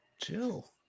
Chill